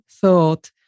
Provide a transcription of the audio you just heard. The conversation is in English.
thought